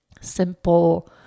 simple